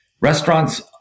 restaurants